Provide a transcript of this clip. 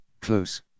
Close